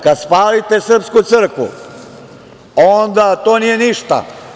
Kad spalite srpsku crkvu, onda to nije ništa.